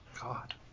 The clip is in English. God